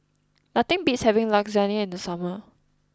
nothing beats having Lasagne in the summer